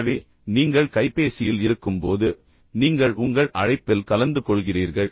எனவே நீங்கள் கைபேசியில் இருக்கும் போது நீங்கள் உங்கள் அழைப்பில் கலந்து கொள்கிறீர்கள்